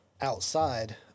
outside